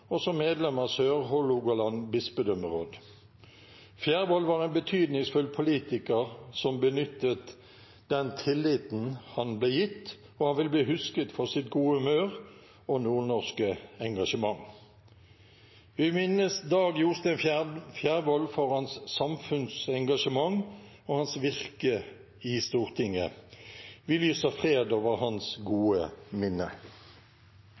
og som medlem av Sør-Hålogaland bispedømmeråd. Dag Jostein Fjærvoll var en betydningsfull politiker som benyttet den tilliten han ble gitt, og han vil bli husket for sitt gode humør og nordnorske engasjement. Vi minnes Dag Jostein Fjærvoll for hans samfunnsengasjement og virke i Stortinget. Vi lyser fred over hans gode minne.